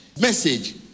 message